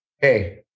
hey